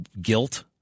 guilt